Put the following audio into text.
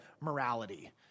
morality